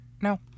No